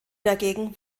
dagegen